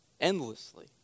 endlessly